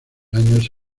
años